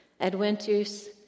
Adventus